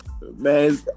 Man